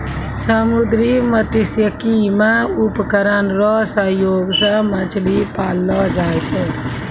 समुन्द्री मत्स्यिकी मे उपकरण रो सहयोग से मछली पाललो जाय छै